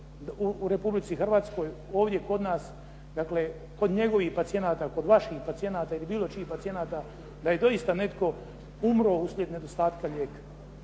u Republici Hrvatskoj, ovdje kod nas, dakle kod njegovih pacijenata, kod vaših pacijenata ili bilo čijih pacijenata da je doista netko umro uslijed nedostatka lijeka.